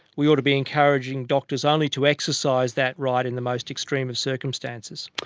we ought to be encouraging doctors only to exercise that right in the most extreme of circumstances.